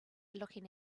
looking